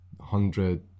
hundred